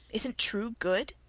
isn't true good?